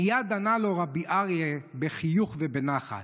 מייד ענה לו רבי אריה בחיוך ובנחת: